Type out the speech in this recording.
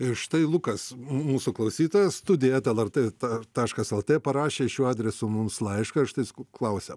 ir štai lukas mūsų klausytojas studija lrt ta taškas lt parašė šiuo adresu mums laišką ir štai jis klausia